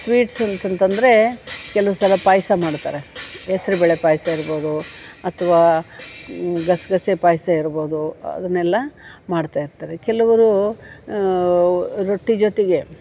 sweets ಅಂತ ಅಂತಂದ್ರೆ ಕೆಲವ್ ಸಲ ಪಾಯಸ ಮಾಡ್ತಾರೆ ಹೆಸ್ರು ಬೇಳೆ ಪಾಯಸ ಇರ್ಬೋದು ಅಥವಾ ಗಸಗಸೆ ಪಾಯಸ ಇರ್ಬೋದು ಅದನ್ನೆಲ್ಲ ಮಾಡ್ತಾ ಇರ್ತಾರೆ ಕೆಲವ್ರು ರೊಟ್ಟಿ ಜೊತೆಗೆ